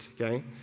okay